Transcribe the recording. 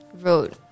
wrote